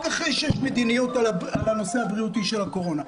והיא רק אחרי שיש מדיניות בנושא הבריאותי של הקורונה,